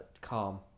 calm